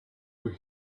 were